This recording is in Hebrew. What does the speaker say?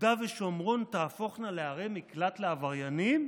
יהודה ושומרון תהפוכנה לערי מקלט לעבריינים?